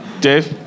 Dave